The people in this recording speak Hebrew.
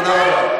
תודה רבה.